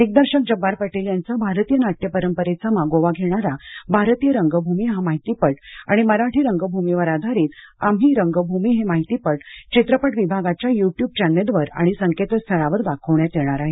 दिग्दर्शक जब्बार पटेल यांचा भारतीय नाट्य परंपरेचा मागोवा घेणारा भारतीय रंगभूमी हा माहितीपट आणि मराठी रंगभूमीवर आधारीत आम्ही रंगभूमी हे माहितीपट चित्रपट विभागाच्या यू ट्युब चॅनेलवर आणि संकेतस्थळावर दाखवण्यात येणार आहे